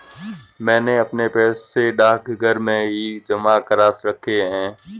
मैंने अपने पैसे डाकघर में ही जमा करा रखे हैं